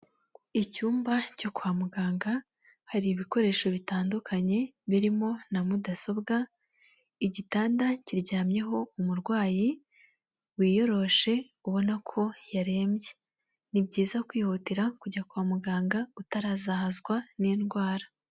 Icyumba cyo kwa muganga hari ibikoresho bitandukanye birimo na mudasobwa, igitanda kiryamyeho umurwayi wiyoroshe ubona ko yarembye, ni byiza kwihutira kujya kwa muganga utarazahazwa n'indwara.